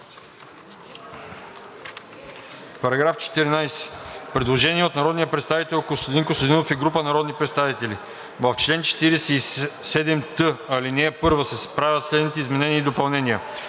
По § 17 има предложение от народния представител Костадин Костадинов и група народни представители: „В чл. 47яй, ал. 3 се правят следните изменения и допълнения: